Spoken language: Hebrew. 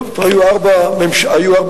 טוב, היו ארבע ועדות.